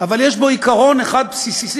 אבל יש בו עיקרון אחד בסיסי,